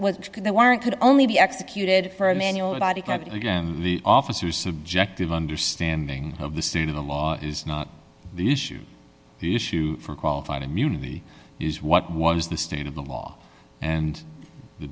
which could they weren't could only be executed for a manual the body cavity the officer subjective understanding of the state of the law is not the issue the issue for qualified immunity is what was the state of the law and the